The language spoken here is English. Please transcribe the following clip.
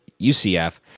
UCF